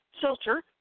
filter